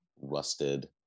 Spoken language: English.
rusted